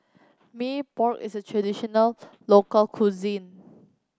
Mee Pok is a traditional local cuisine